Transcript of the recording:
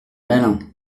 malin